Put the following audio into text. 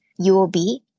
UOB